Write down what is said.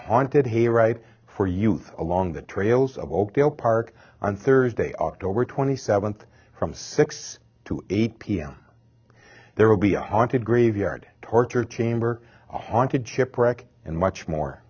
haunted hayride for you along the trails of oakdale park on thursday october twenty seventh from six to eight pm there will be a haunted graveyard torture chamber haunted ship wreck and much more